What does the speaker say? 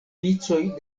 vicoj